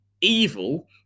evil